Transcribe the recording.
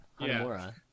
Hanamura